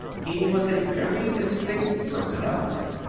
he was a very distinct personality.